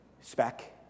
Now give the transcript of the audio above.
spec